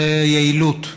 היא יעילות.